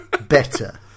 better